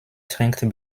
trinkt